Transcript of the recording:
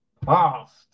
past